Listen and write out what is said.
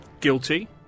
guilty